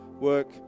work